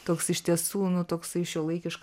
toks iš tiesų toksai šiuolaikiškas